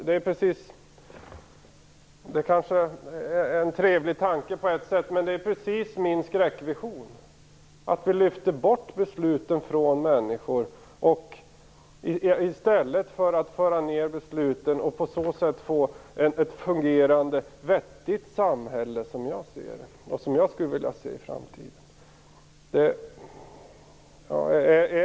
Det är kanske en trevlig tanke på ett sätt, men det är precis min skräckvision: Vi lyfter bort besluten från människorna i stället för att föra ned dem så nära människorna som möjligt och på så sätt få ett fungerande vettigt samhälle, som jag skulle vilja se i framtiden.